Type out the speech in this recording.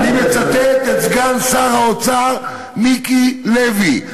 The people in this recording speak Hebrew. אני מצטט את סגן שר האוצר מיקי לוי,